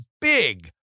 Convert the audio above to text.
big